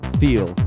feel